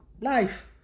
Life